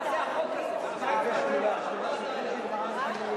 התשע"ב 2012, נתקבל.